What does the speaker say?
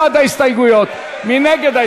59 בעד, 61 מתנגדים.